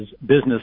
business